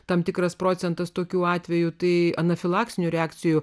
tam tikras procentas tokių atvejų tai anafilaksinių reakcijų